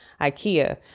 Ikea